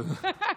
אבל מסתבר,